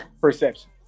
perception